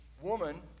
woman